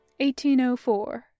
1804